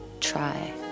try